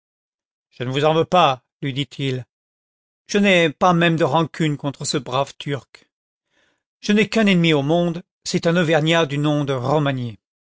je ne vous en veux pas lui dit-il je n'ai content from google book search generated at pas même de rancune contre ce brave turc je n'ai qu'un ennemi au monde c'est un auvergnat du nom de